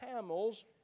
camels